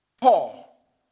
Paul